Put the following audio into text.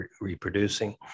reproducing